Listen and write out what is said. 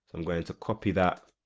so i'm going to copy that